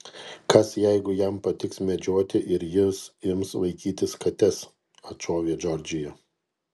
kas jeigu jam patiks medžioti ir jis ims vaikytis kates atšovė džordžija